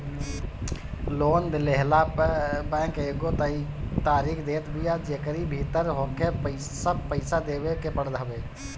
loan लेहला पअ bank एगो तय तारीख देत बिया जेकरी भीतर होहके सब पईसा देवे के पड़त हवे